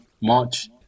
March